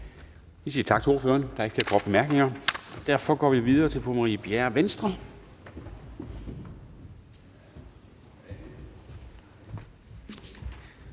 Vi siger tak til ordføreren. Der er ikke flere korte bemærkninger. Derfor går vi videre til fru Marie Bjerre, Venstre.